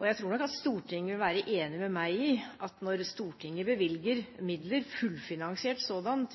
Jeg tror nok at Stortinget vil være enig med meg i at når Stortinget bevilger midler til nye studieplasser – fullfinansierte sådanne